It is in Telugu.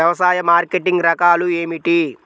వ్యవసాయ మార్కెటింగ్ రకాలు ఏమిటి?